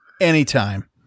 anytime